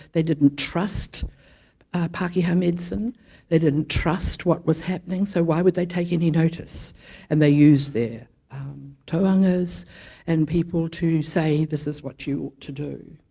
they didn't trust pakeha medicine they didn't trust what was happening so why would they take any notice and they use their tohungas and people to say this is what you ought to do